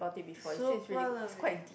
super love it